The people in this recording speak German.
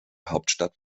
hauptstadt